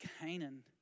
Canaan